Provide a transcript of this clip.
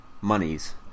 monies